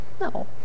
No